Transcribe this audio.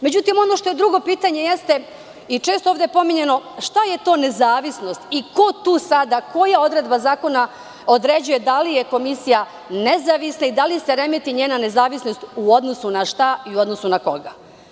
Međutim, ono što je drugo pitanje jeste i često ovde pominjano, šta je to nezavisnost i koja odredba zakona određuje da li je komisija nezavisna i da li se remeti njena nezavisnost u odnosu na šta i u odnosu na koga.